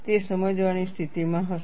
તે સમજવાની સ્થિતિમાં હશો